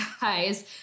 guys